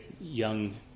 young